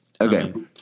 Okay